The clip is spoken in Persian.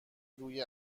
روی